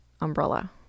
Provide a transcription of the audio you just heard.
umbrella